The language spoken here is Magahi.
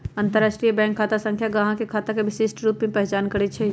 अंतरराष्ट्रीय बैंक खता संख्या गाहक के खता के विशिष्ट रूप से पहीचान करइ छै